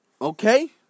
Okay